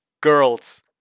girls